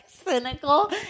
Cynical